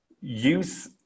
use